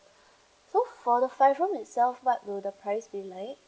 so for the five room itself what will the price be like